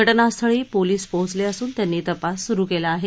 घटनास्थळी पोलीस पोहोचले असून त्यांनी तपास सुरु केला आहे